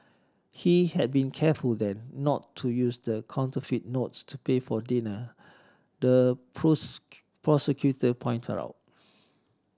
he had been careful then not to use the counterfeit notes to pay for dinner the prosecutor pointed out